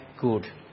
good